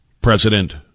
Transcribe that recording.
President